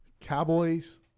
Cowboys